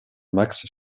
max